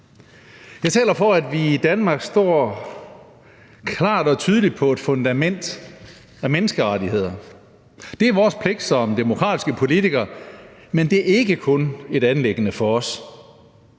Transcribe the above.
Jeg taler for, at vi i Danmark står klart og tydeligt på et fundament af menneskerettigheder. Det er vores pligt som demokratiske politikere, men det er ikke kun et anliggende for os.